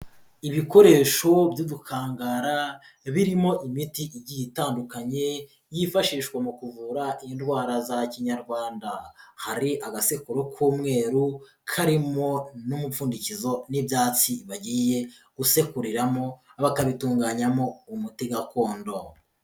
Ibikoresho by'udukangara birimo imiti igiye itandukanye yifashishwa mu kuvura indwara za kinyarwanda, hari agasekuro k'umweru karimo n'umupfundikizo n'ibyatsi bagiye gusekuririramo, bakabitunganyamo umuti gakondo.